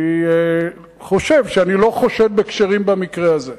אני חושב שאני לא חושד בכשרים במקרה הזה.